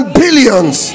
billions